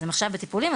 אז היא שוב בטיפולים,